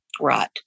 Right